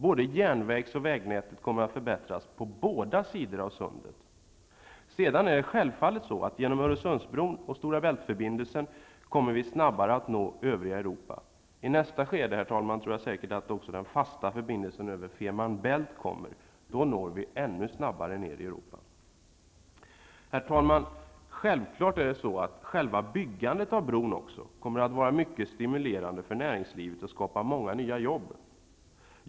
Både järnvägsnätet och vägnätet kommer att förbättras på båda sidor av sundet. Sedan är det självfallet så, att vi genom Öresundsbron och Stora Bält-förbindelsen snabbare kommer att nå övriga Europa. I nästa skede tror jag säkert att också den fasta förbindelsen över Fehnmarn Bält kommer att byggas. Då når vi ännu snabbare ner i Europa. Herr talman! Självfallet kommer också själva byggandet av bron att vara mycket stimulerande för näringslivet, och det kommer att skapa många nya jobb.